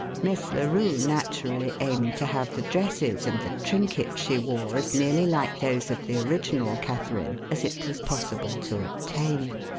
miss larue naturally aimed to have the dresses and the trinkets she wore as nearly like those of the original catharine as it was possible to obtain.